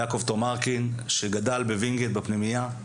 יעקב תומרקין, שגדל בווינגיט בפנימייה.